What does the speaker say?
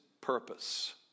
purpose